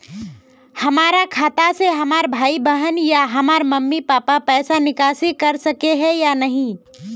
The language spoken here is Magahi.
हमरा खाता से हमर भाई बहन या हमर मम्मी पापा पैसा निकासी कर सके है या नहीं?